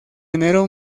enero